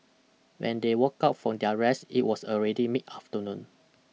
when they woke up from their rest it was already mid afternoon